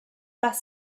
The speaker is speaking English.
bus